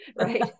right